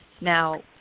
Now